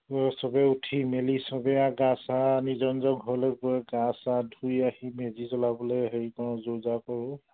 সবে উঠি মেলি সবে আৰু গা চা নিজৰ নিজৰ ঘৰলৈ গৈ গা চা ধুই আহি মেজি জ্বলাবলৈ হেৰি কৰোঁ যো যা কৰোঁ